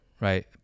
right